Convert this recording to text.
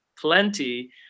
plenty